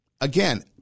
again